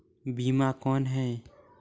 बीमा कौन है?